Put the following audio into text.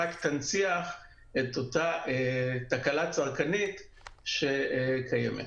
רק תנציח את אותה תקלה צרכנית שקיימת,